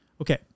Okay